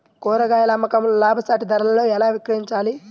కూరగాయాల అమ్మకంలో లాభసాటి ధరలలో ఎలా విక్రయించాలి?